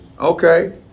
Okay